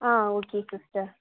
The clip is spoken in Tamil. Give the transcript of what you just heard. ah okay sister